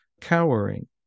cowering